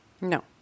No